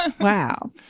wow